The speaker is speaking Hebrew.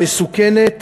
מסוכנת